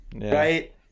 Right